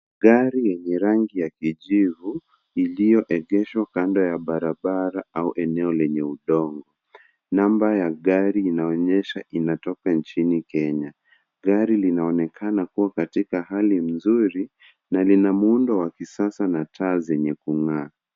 Gari yenye rangi ya kijivu iliyo egeshwa kando ya barabara au eneo lenye udongo namba ya gari inaonyesha inatoka nchini kenya. Gari linaonekana kuwa katika hali mzuri na lina muundo wa kisasa na taa zenye kungaa.